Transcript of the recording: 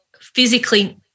physically